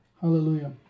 hallelujah